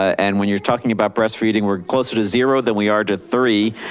and when you're talking about breastfeeding, we're closer to zero than we are to three,